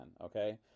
okay